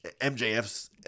MJF's